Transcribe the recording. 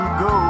go